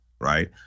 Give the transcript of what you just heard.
right